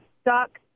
stuck